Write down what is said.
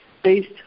based